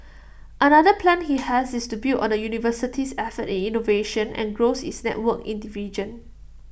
another plan he has is to build on the university's efforts in innovation and grow its networks in the region